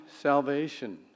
salvation